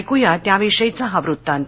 ऐकूया त्याविषयीचा हा वृत्तांत